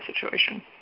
situation